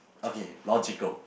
okay logical